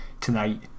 tonight